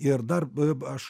ir dar aš